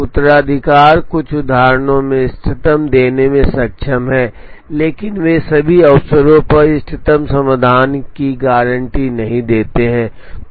उत्तराधिकार कुछ उदाहरणों में इष्टतम देने में सक्षम हैं लेकिन वे सभी अवसरों पर इष्टतम समाधान की गारंटी नहीं देते हैं